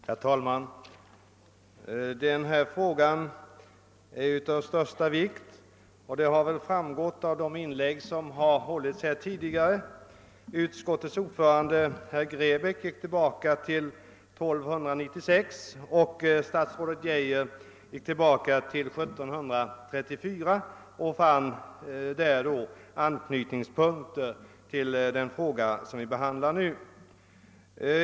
Herr talman! Denna fråga är av största vikt — det har väl också framgått av de inlägg som gjorts här tidigare. Utskottets ordförande, herr Grebäck, gick tillbaka till år 1296 och statsrådet Geijer gick tillbaka till 1734 och fann anknytningspunkter till denna fråga.